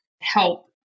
help